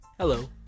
Hello